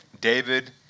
David